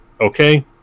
okay